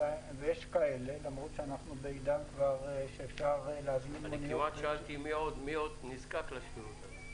למרות שיש --- אני כמעט שאלתי מי עוד נזקק לתדרים.